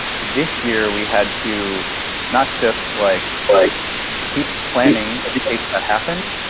this year, we had to not just like like keep planning in case that happened,